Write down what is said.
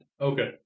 Okay